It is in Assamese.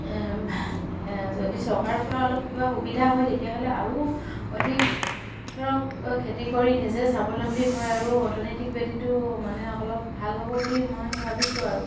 যদি চৰকাৰৰপৰা অলপ কিবা সুবিধা হয় তেতিয়াহ'লে আৰু অধিক ধৰক খেতি কৰি নিজে স্বাৱলম্বী হয় আৰু অৰ্থনৈতিক ভেটীটো মানে অলপ ভাল হ'ব বুলি মই ভাবিছোঁ আৰু